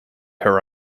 her